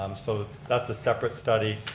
um so that's a separate study.